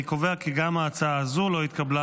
אני קובע כי גם ההצעה הזאת לא התקבלה,